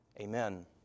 Amen